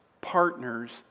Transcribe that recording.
partners